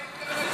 לך לאינטרנט